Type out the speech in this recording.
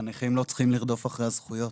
הנכים לא צריכים לרדוף אחרי הזכויות,